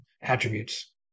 attributes